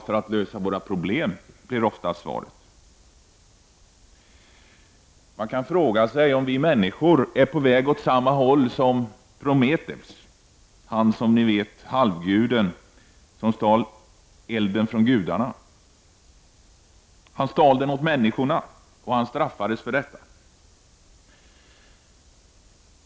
För att lösa våra problem blir oftast svaret. Är vi människor på samma väg som Prometheus, ni vet halvguden som stal elden från gudarna åt människorna och straffades för detta?